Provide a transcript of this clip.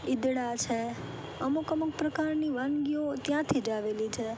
ઈદડા છે અમુક અમુક પ્રકારની વાનગીઓ ત્યાંથી જ આવેલી છે